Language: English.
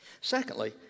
Secondly